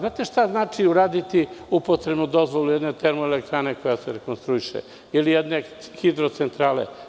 Znate šta znači uraditi upotrebnu dozvolu jedne termoelektrane koja se rekonstruiše ili jedne hidrocentrale?